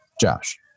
Josh